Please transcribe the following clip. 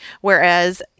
Whereas